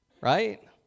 Right